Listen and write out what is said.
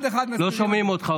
לא שומעים אותך.